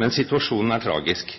Men situasjonen er tragisk.